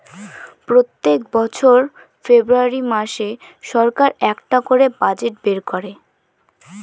প্রত্যেক বছর ফেব্রুয়ারী মাসে সরকার একটা করে বাজেট বের করে